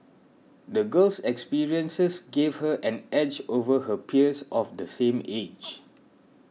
the girl's experiences gave her an edge over her peers of the same age